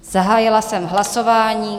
Zahájila jsem hlasování.